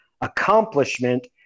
accomplishment